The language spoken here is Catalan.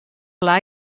pla